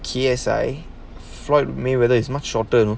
K_S_I floyd may weather is much shorter you know